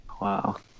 Wow